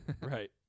Right